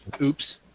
Oops